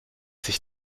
sich